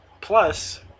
plus